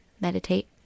meditate